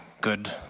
good